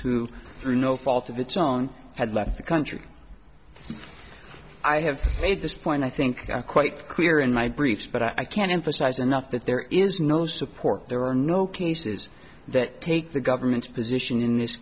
through no fault of its own had left the country i have made this point i think quite clear in my briefs but i can't emphasize enough that there is no support there are no cases that take the government's position in this